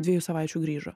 dviejų savaičių grįžo